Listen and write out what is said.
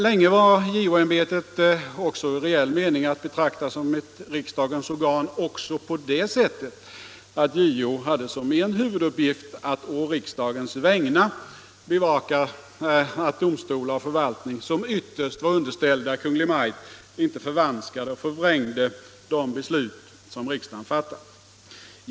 Länge var JO-ämbetet också i reell mening att betrakta som ett riksdagens organ även på det sättet att JO hade som en huvuduppgift att på riksdagens vägnar bevaka att domstolar och förvaltning, som ytterst var underställda Kungl. Maj:t, inte förvanskade 73 och förvrängde de beslut som riksdagen hade fattat.